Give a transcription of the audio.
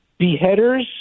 beheaders